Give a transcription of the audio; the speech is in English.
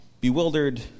bewildered